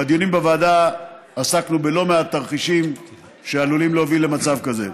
בדיונים בוועדה עסקנו בלא מעט תרחישים שעלולים להוביל למצב כזה.